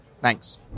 Thanks